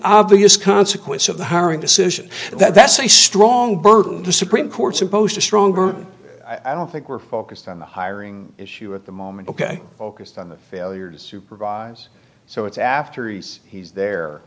obvious consequence of the hiring decision and that's a strong burden the supreme court's imposed a stronger i don't think we're focused on the hiring issue at the moment ok focused on the failure to supervise so it's after he's he's there